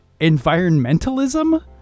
environmentalism